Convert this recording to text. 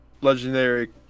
legendary